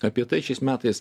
apie tai šiais metais